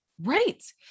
Right